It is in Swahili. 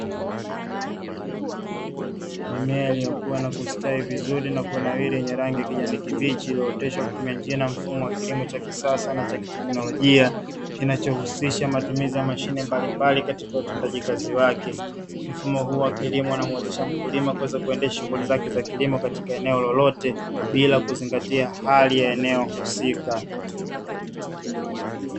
Mimea iliyokua na kustawi vizuri na kunawiri yenye rangi ya kijani kibichi, iliyooteshwa kwa kutumia njia na mfumo wa kilimo cha kisasa na cha kiteknolojia zaidi, kinachohusisha matumizi wa mashine mbalimbali katika utendaji kazi wake. Mfumo huu wa kilimo inamuwezesha mkulima kuweza kuendesha shughuli zake za kilimo katika eneo lolote bila kuzingatia hali ya eneo husika.